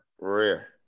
Rare